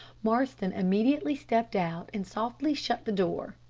marston immediately stepped out, and softly shut the door.